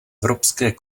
evropské